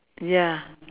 ya